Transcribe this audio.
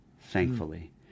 thankfully